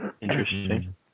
Interesting